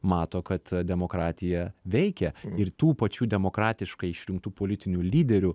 mato kad demokratija veikia ir tų pačių demokratiškai išrinktų politinių lyderių